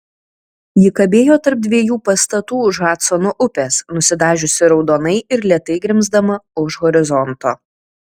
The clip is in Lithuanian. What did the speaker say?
ji kabėjo tarp dviejų pastatų už hadsono upės nusidažiusi raudonai ir lėtai grimzdama už horizonto